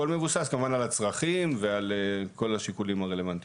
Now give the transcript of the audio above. הכל מבוסס כמובן על הצרכים ועל כל השיקולים הרלוונטיים.